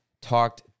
talked